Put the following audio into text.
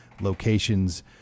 locations